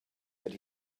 that